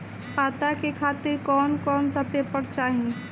पता के खातिर कौन कौन सा पेपर चली?